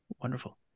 Wonderful